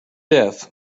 death